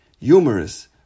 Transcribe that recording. Humorous